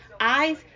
eyes